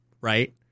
right